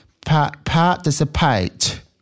Participate